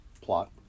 Plot